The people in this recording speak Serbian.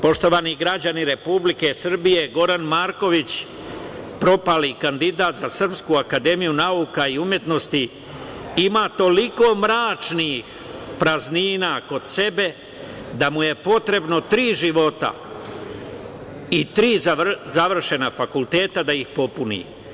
Poštovani građani Republike Srbije, Goran Marković propali kandidat za Srpsku akademiju nauka i umetnosti ima toliko mračnih praznina kod sebe da mu je potrebno tri života i tri završena fakulteta da ih popuni.